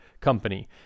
company